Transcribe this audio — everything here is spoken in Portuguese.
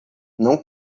não